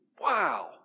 Wow